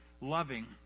loving